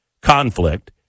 conflict